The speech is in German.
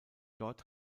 dort